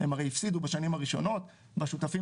הם הרי הפסידו בשנים הראשונות והשותפים